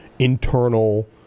internal